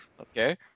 Okay